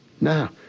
Now